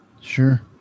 Sure